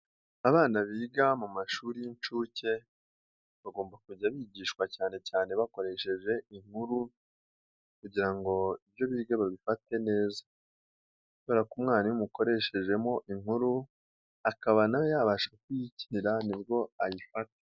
Abana biga mu mashuri y'inshuke bagomba kujya bigishwa cyane cyane bakoresheje inkuru kugira ngo ibyo bige babifate neza, kubera ko umwana iyo umukoreshejemo inkuru akaba na we yabasha kuyikinira ni bwo ayifata.